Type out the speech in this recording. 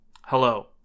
hello